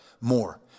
more